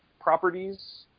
properties